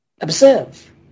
Observe